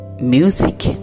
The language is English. music